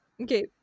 Okay